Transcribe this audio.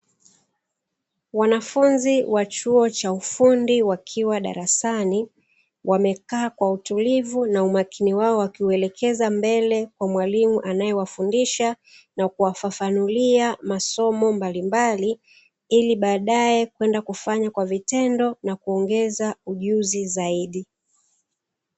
Wanafunzi wa chuo cha ufundi wakiwa darasani wamekaa kwa utulivu wakimsiliza mwalimu wao akiwafundisha ili kwenda kufanya kwa vitendo na kuongeza ujuzi zaidi